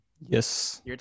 Yes